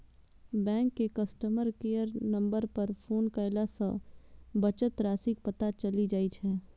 bank के customer care number पर phone कयला सं बचत राशिक पता चलि जाइ छै